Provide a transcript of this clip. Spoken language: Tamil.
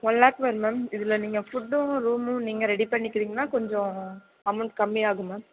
ஒன் லேக் வரும் மேம் இதில் நீங்கள் ஃபுட்டும் ரூமும் நீங்கள் ரெடி பண்ணிக்கிறீங்கன்னால் கொஞ்சம் அமௌண்ட் கம்மியாகும் மேம்